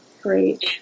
Great